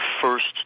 first